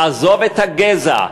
עזוב את הגזע.